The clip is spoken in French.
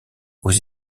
aux